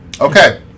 Okay